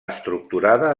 estructurada